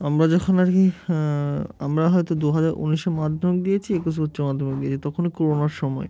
আমরা যখন আর কি আমরা হয়তো দু হাজার উনিশে মাধ্যমিক দিয়েছি একুশ উচ্চ মাধ্যমিক দিয়েছি তখনই করোনার সময়